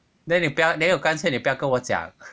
then 你不要没有干脆你不要跟我讲